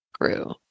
grew